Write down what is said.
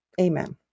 amen